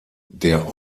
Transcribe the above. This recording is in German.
der